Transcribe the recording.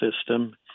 system